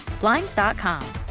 Blinds.com